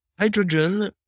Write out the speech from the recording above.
Hydrogen